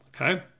Okay